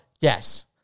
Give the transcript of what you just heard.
yes